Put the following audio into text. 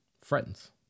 Friends